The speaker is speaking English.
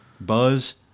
Buzz